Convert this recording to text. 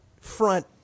front